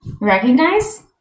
recognize